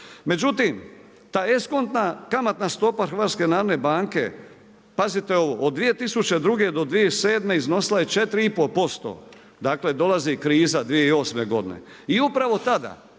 Međutim, ta eskontna kamatna stopa HNB-a pazite ovo, od 2002. do 2007. iznosila je 4,5% dakle dolazi kriza 2008. godine i upravo tada